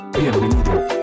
Bienvenido